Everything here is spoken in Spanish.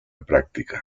práctica